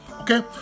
Okay